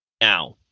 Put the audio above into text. Now